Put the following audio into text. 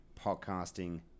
podcasting